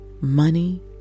money